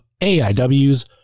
AIW's